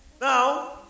Now